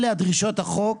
אלה דרישות החוק,